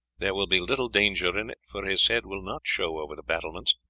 there will be little danger in it, for his head will not show over the battlements,